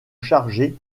chargé